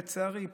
לצערי,